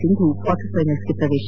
Sindhu quarter ಫೈನಲ್ಸ್ಗೆ ಪ್ರವೇಶ